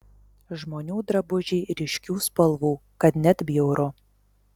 žmonių drabužiai ryškių spalvų kad net bjauru